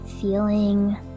feeling